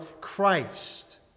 Christ